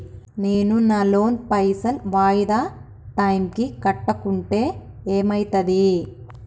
నేను నా లోన్ పైసల్ వాయిదా టైం కి కట్టకుంటే ఏమైతది?